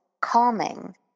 calming